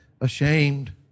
ashamed